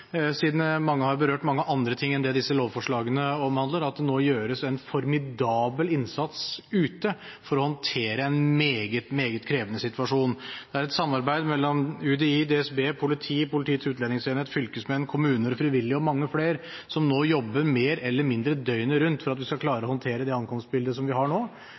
siden mange har berørt mange andre ting enn det disse lovforslagene omhandler, at det nå gjøres en formidabel innsats ute for å håndtere en meget, meget krevende situasjon. Det er et samarbeid mellom UDI, DSB, politiet, Politiets utlendingsenhet, fylkesmenn, kommuner, frivillige og mange flere, og de jobber mer eller mindre døgnet rundt for at vi skal klare å håndtere det ankomstbildet som vi har nå,